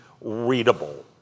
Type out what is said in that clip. readable